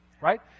right